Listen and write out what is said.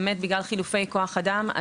זה בגלל חילופי כוח האדם.